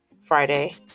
Friday